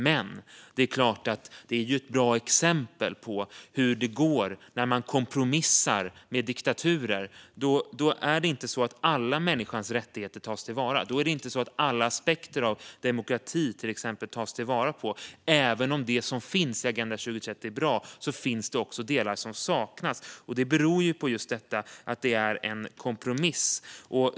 Men det är klart att det är ett bra exempel på hur det går när man kompromissar med diktaturer. Då tas inte alla människans rättigheter till vara. Då tas inte alla aspekter på demokrati till vara. Även om det som finns i Agenda 2030 är bra, är det också delar som saknas. Det beror på just detta att det är en kompromiss.